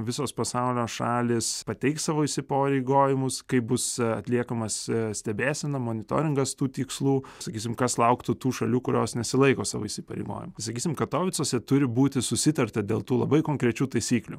visos pasaulio šalys pateiks savo įsipareigojimus kaip bus atliekamas stebėsena monitoringas tų tikslų sakysim kas lauktų tų šalių kurios nesilaiko savo įsipareigojimų sakysim katovicuose turi būti susitarta dėl tų labai konkrečių taisyklių